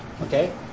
okay